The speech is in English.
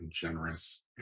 generous